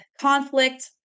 conflict